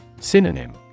Synonym